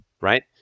right